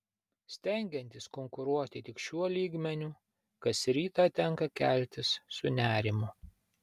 stengiantis konkuruoti tik šiuo lygmeniu kas rytą tenka keltis su nerimu